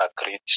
agreed